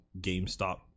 GameStop